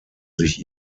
sich